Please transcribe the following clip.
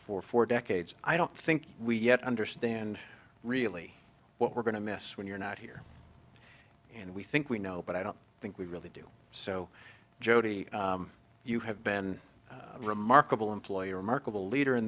for four decades i don't think we yet understand really what we're going to miss when you're not here and we think we know but i don't think we really do so jody you have been a remarkable employer remarkable leader in